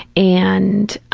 and